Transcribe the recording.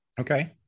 Okay